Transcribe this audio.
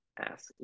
ask